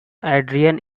adrian